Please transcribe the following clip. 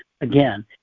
again